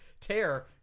tear